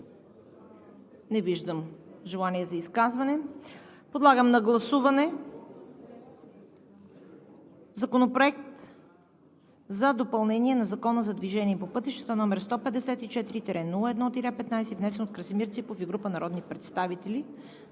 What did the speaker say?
Не виждам желание за изказване. Подлагам на гласуване Законопроект за изменение и допълнение на Закона за движение по пътищата, № 154-01-15, внесен от Красимир Ципов и група народни представители